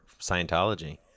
Scientology